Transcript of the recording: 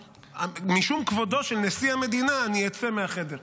משום כבודו של נשיא המדינה אני אצא מהחדר,